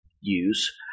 use